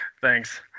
Thanks